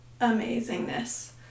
amazingness